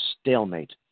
stalemate